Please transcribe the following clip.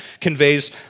conveys